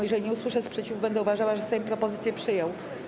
Jeżeli nie usłyszę sprzeciwu, będę uważała, że Sejm propozycję przyjął.